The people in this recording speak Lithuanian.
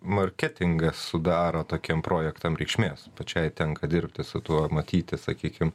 marketingas sudaro tokiem projektam reikšmės pačiai tenka dirbti su tuo matyti sakykim